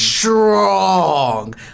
strong